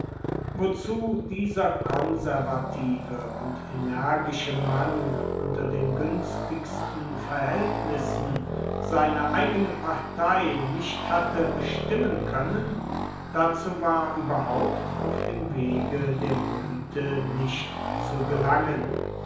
wozu dieser konservative und energische mann unter den günstigsten verhältnissen seine eigene partei nicht hatte bestimmen können dazu war überhaupt auf dem wege der güte nicht zu gelangen